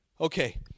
Okay